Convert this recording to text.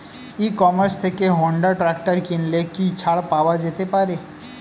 ই commerce থেকে Honda tractor কিনলে কি ছাড় পাওয়া যেতে পারে?